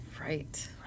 right